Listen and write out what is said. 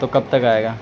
تو کب تک آئے گا